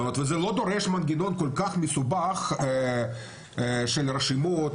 היות וזה לא דורש מנגנון כל כך מסובך של רשימות,